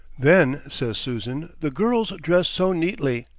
then, says susan, the girls dress so neatly,